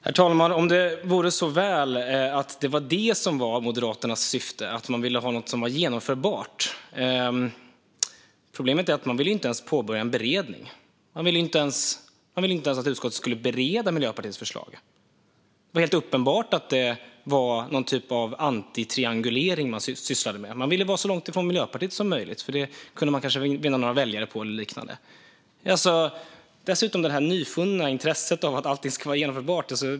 Herr talman! Tänk om det vore så väl att Moderaternas syfte var att ha någonting som var genomförbart! Problemet är att man inte ens ville påbörja en beredning; man ville inte ens att utskottet skulle bereda Miljöpartiets förslag. Det var helt uppenbart att det var någon typ av antitriangulering som man sysslade med. Man ville vara så långt ifrån Miljöpartiet som möjligt, för det kunde man kanske vinna några väljare på, eller något liknande. Dessutom har man ett nyfunnet intresse av att allting ska vara genomförbart.